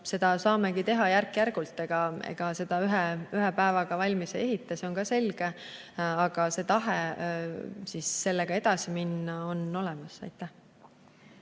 Seda saamegi teha järk-järgult, ega seda ühe päevaga valmis ei ehita, see on selge. Aga tahe sellega edasi minna on olemas. Aitäh!